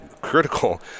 critical